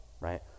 Right